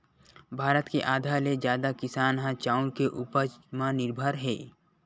भारत के आधा ले जादा किसान ह चाँउर के उपज म निरभर हे